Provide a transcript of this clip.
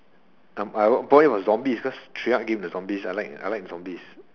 I'm I bought it for zombies because game the zombies I I like the zombies